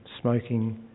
smoking